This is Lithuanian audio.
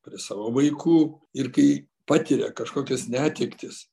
prie savo vaikų ir kai patiria kažkokias netektis